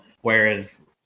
whereas